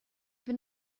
been